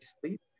sleep